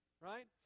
right